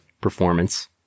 performance